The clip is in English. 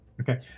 Okay